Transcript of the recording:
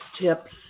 tips